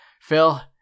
Phil